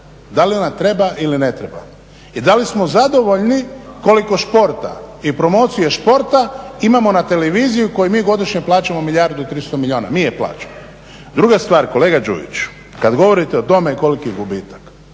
Da li ona treba ili ne treba? I da li smo zadovoljni koliko športa i promocije športa imamo na televiziji koju mi godišnje plaćamo milijardu i 300 milijuna, mi je plaćamo. Druga stvar, kolega Đujiću kad govorite o tome koliki je gubitak,